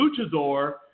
luchador